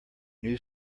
new